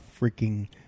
freaking